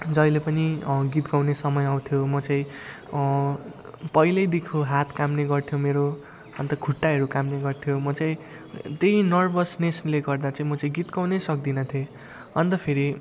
जहिले पनि गीत गाउने समय आउँथ्यो म चाहिँ पहिलेदेखि हात काम्ने गर्थ्यो मेरो अन्त खुट्टाहरू काम्ने गर्थ्यो म चाहिँ त्यही नर्भसनेसले गर्दा चाहिँ म चाहिँ गीत गाउनै सक्दिनँ थिएँ अन्त फेरि